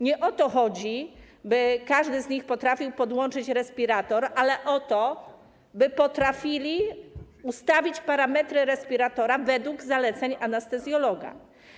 Nie o to chodzi, by każdy z nich potrafił podłączyć respirator, ale o to, by potrafili ustawić jego parametry według zaleceń anestezjologa.